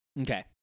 Okay